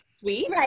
sweet